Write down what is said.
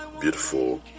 beautiful